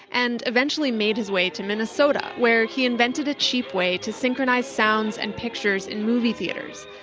and eventually made his way to minnesota, where he invented a cheap way to synchronize sounds and pictures in movie theaters